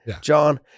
John